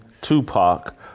Tupac